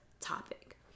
topic